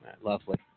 Lovely